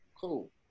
Cool